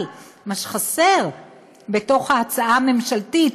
אבל מה שחסר בהצעה הממשלתית,